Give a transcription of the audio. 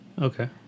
okay